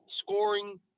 scoring